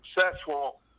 successful